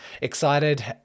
excited